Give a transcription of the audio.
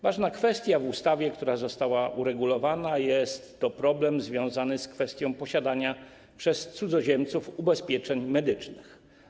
Ważną kwestię w ustawie, która została uregulowana, jest problem związany z kwestią posiadania przez cudzoziemców ubezpieczeń medycznych.